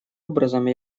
образом